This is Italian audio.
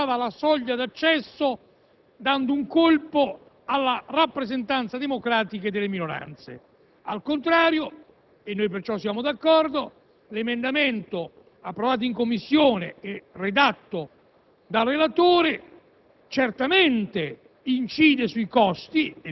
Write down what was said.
e, in realtà, in questo modo si limitava la soglia d'accesso, dando un colpo alla rappresentanza democratica delle minoranze. Al contrario, e noi perciò siamo d'accordo, l'emendamento approvato in Commissione e redatto dal relatore,